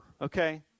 okay